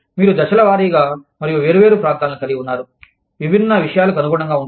మీరు దశలవారీగా మరియు వేర్వేరు ప్రాంతాలను కలిగి ఉన్నారు విభిన్న విషయాలకు అనుగుణంగా ఉంటారు